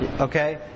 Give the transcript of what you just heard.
Okay